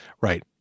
Right